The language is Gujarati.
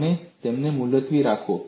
તમે તેને મુલતવી રાખો